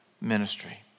ministry